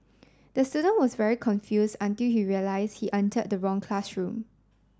the student was very confuse until he realize he entered the wrong classroom